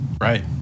Right